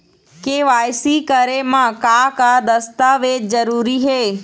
KYC करे म का का दस्तावेज जरूरी हे?